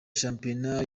shampiyona